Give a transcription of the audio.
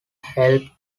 helped